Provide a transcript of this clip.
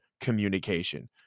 communication